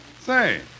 Say